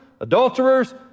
adulterers